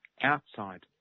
outside